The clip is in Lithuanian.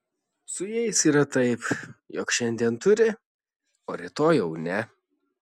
su jais yra taip jog šiandien turi o rytoj jau ne